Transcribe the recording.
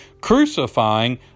crucifying